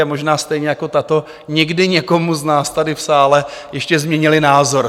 a možná stejně jako tato, někdy někomu z nás tady v sále ještě změnily názor.